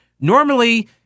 normally